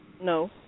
No